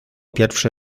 pierwszy